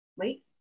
Wait